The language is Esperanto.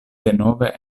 denove